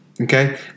okay